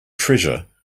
treasure